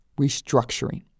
restructuring